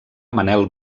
manel